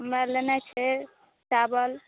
हमरा लेनाइ छै चावल